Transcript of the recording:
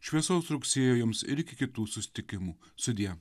šviesaus rugsėjo jums ir iki kitų susitikimų sudie